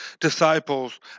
disciples